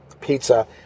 pizza